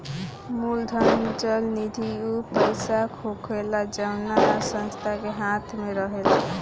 मूलधन चल निधि ऊ पईसा होखेला जवना संस्था के हाथ मे रहेला